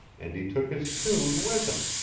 and he took his tune with him